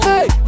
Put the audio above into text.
Hey